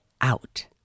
out